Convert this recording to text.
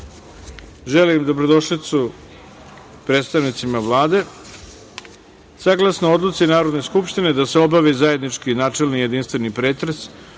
dobrodošlicu predstavnicima Vlade. Saglasno Odluci Narodne skupštine da se obavi zajednički načelni i jedinstveni pretres